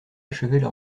achevaient